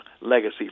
legacy